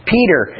Peter